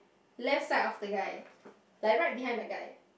left side of the guy like right behind the guy